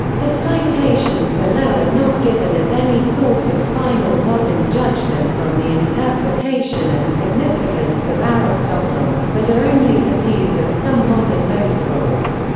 the citations below are not given as any sort of final modern judgement on the interpretation and significance of aristotle, but are only the views of some modern notables.